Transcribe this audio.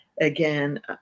again